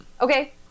Okay